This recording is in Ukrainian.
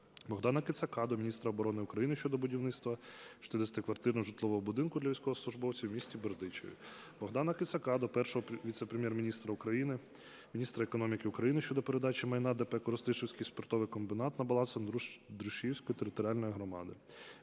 Богдана Кицака до міністра оборони України щодо будівництва 60-квартирного житлового будинку для військовослужбовців в місті Бердичеві. Богдана Кицака до Першого віце-прем'єр-міністра України - міністра економіки України щодо передачі майна ДП "Коростишівський спиртовий комбінат" на баланс Андрушівської територіальної громади.